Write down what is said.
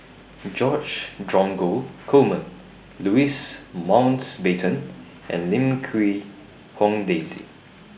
George Dromgold Coleman Louis Mountbatten and Lim Quee Hong Daisy